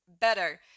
better